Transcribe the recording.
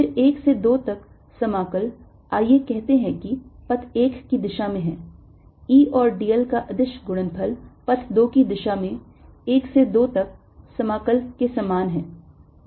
फिर 1 से 2 तक समाकल आइए कहते हैं कि पथ 1 की दिशा में हैं E और dl का अदिश गुणनफल पथ 2 की दिशा में 1 से 2 तक समाकल के समान है